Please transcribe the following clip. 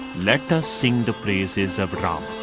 let us sing the praises of like um